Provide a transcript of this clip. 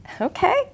Okay